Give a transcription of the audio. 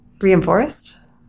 reinforced